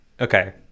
Okay